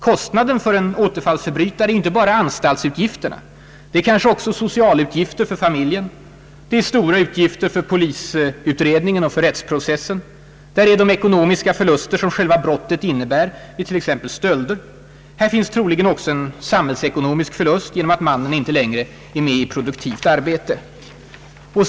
Kostnaden för en återfallsförbrytare är inte bara anstaltsutgiften. Det är kanske också socialutgifter för familjen, det är stora utgifter för polisutredningen och rättegången. Där är de ekonomiska förluster som själva brottet innebär vid t.ex. stölder. Troligen får man också räkna med en samhällsekonomisk förlust genom att vederbörande inte längre är i produktivt arbete.